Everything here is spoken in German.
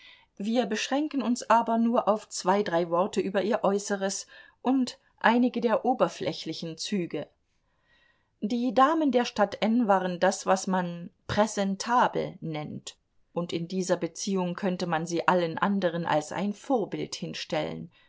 wir beschränken uns aber nur auf zwei drei worte über ihr äußeres und einige der oberflächlichen züge die damen der stadt n waren das was man präsentabel nennt und in dieser beziehung könnte man sie allen anderen als ein vorbild hinstellen